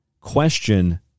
question